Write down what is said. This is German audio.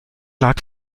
lag